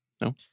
No